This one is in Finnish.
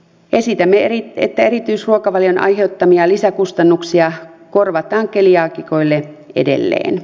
esitämme että erityisruokavalion aiheuttamia lisäkustannuksia korvataan keliaakikoille edelleen